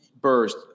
Burst